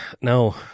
No